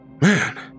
Man